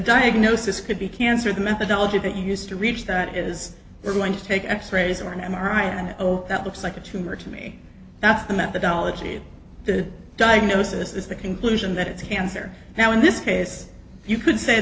diagnosis could be cancer the methodology that you used to reach that is going to take x rays or an m r i and oh that looks like a tumor to me that the methodology the diagnosis is the conclusion that it's cancer now in this case you could say